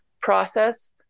process